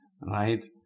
right